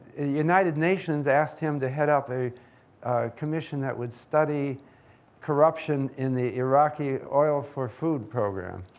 united nations asked him to head up a commission that would study corruption in the iraqi oil for food program.